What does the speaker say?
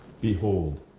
behold